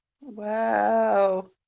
Wow